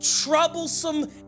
troublesome